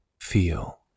feel